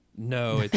No